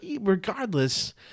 regardless